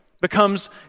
becomes